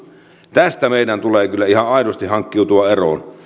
tästä meidän tulee kyllä ihan aidosti hankkiutua eroon